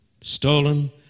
stolen